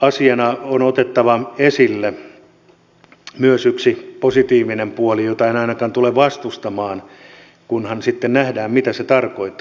toisena asiana on otettava esille myös yksi positiivinen puoli jota en ainakaan tule vastustamaan kunhan sitten nähdään mitä se tarkoittaa